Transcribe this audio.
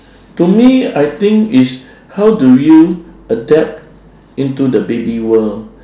to me I think is how do you adapt into the baby world